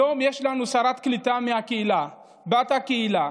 היום יש לנו שרת קליטה מהקהילה, בת הקהילה.